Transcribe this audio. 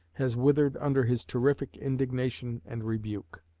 has withered under his terrific indignation and rebuke.